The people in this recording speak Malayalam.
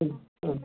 ആ ആ